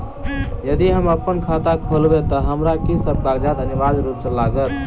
यदि हम अप्पन खाता खोलेबै तऽ हमरा की सब कागजात अनिवार्य रूप सँ लागत?